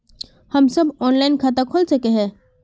हम सब ऑनलाइन खाता खोल सके है?